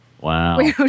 Wow